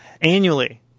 Annually